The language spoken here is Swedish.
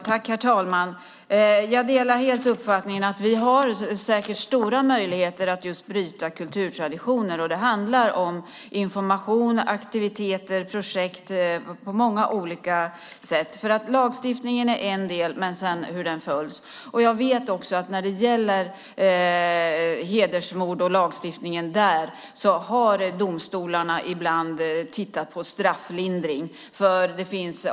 Herr talman! Jag delar helt uppfattningen att vi säkert har stora möjligheter att bryta kulturtraditioner. Det handlar om information, aktiviteter och projekt på många olika sätt. Lagstiftningen är en del. Sedan handlar det om hur den följs. Jag vet också att när det gäller hedersmord och lagstiftningen där har domstolarna ibland tittat på strafflindring.